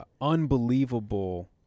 unbelievable